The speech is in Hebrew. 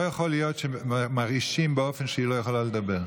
לא יכול להיות שמרעישים באופן שהיא לא יכולה לדבר.